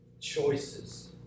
choices